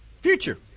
Future